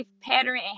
pattern